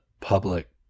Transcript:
public